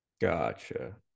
Gotcha